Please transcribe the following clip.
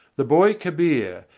the boy kabir,